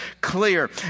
clear